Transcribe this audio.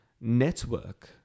network